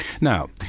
Now